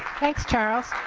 thanks, charles,